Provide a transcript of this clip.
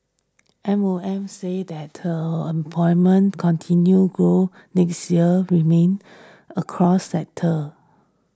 M O M said latter employment continue grow next year remain across sectors